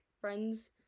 friends